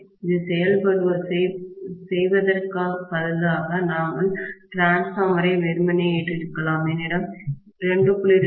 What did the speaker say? இதைச் செய்வதற்குப் பதிலாக நாங்கள் டிரான்ஸ்பார்மரை வெறுமனே ஏற்றியிருக்கலாம் என்னிடம் 2